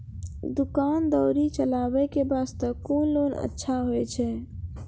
दुकान दौरी चलाबे के बास्ते कुन लोन अच्छा होय छै?